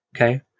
Okay